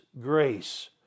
grace